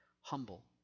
humble